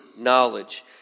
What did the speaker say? knowledge